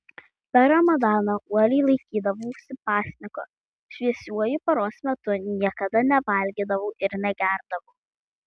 per ramadaną uoliai laikydavausi pasninko šviesiuoju paros metu niekada nevalgydavau ir negerdavau